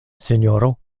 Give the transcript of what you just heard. sinjoro